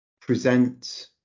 present